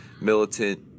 militant